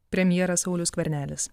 premjeras saulius skvernelis